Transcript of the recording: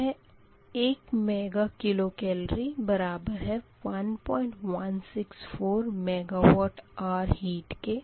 यह एक mega kilo calorie बराबर है 1164 मेगा वाट आर हीट के